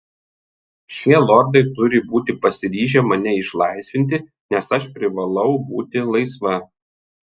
šie lordai turi būti pasiryžę mane išlaisvinti nes aš privalau būti laisva